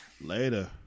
Later